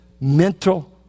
mental